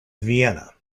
vienna